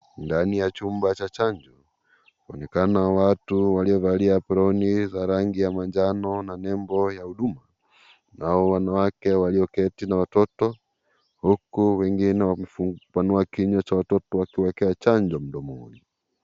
Ndani ya chumba cha chanjo kunaonekana watu waliovalia aproni za rangi ya manjano na nembo ya huduma nao wanawake walioketi na watoto huku wengine wamepanua kinywa cha watoto wakiwawekea chanjo mdomoni.